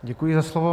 Děkuji za slovo.